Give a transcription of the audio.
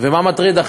ומה הכי מטריד?